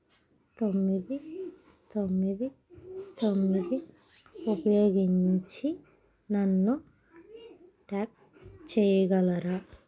తొమ్మిది తొమ్మిది తొమ్మిది ఉపయోగించి నన్ను ట్రాక్ చేయగలరా